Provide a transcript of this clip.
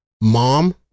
mom